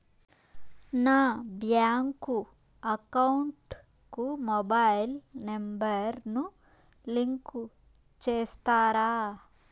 నా bank account కు mobile number ను లింకు చేస్తారా?